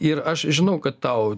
ir aš žinau kad tau